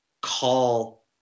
call